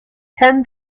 ten